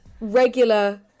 regular